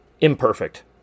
imperfect